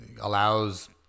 allows